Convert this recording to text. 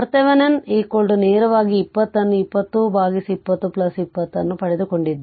ಆದ್ದರಿಂದ ಈ RThevenin ನೇರವಾಗಿ 20 ಅನ್ನು 2020 20 ಇದನ್ನು ಪಡೆದುಕೊಂಡಿದ್ದೇವೆ